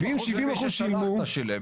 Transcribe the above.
70 אחוז ממי ששלחת שילם.